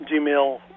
Gmail